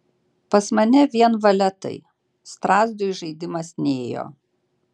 pas mane vien valetai strazdui žaidimas nėjo